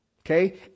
Okay